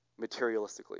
materialistically